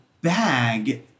bag